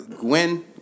Gwen